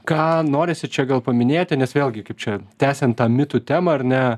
ką norisi čia gal paminėti nes vėlgi kaip čia tęsiant tą mitų temą ar ne